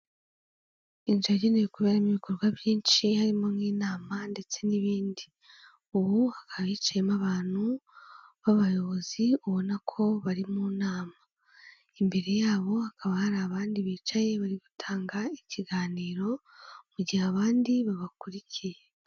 Inzu yagenewe kuberamo ibikorwa byinshi harimo nk'inama ndetse n'ibindi. Ubu hakaba hacayemo abantu b'abayobozi ubona ko bari mu nama, imbere yabo hakaba hari abandi bicaye bari gutanga ikiganiro, mu gihe abandi babakurikiye.